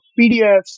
PDFs